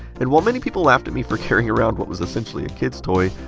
and while many people laughed at me for carrying around what was essentially a kids toy,